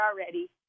already